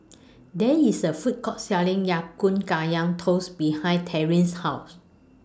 There IS A Food Court Selling Ya Kun Kaya Toast behind Terri's House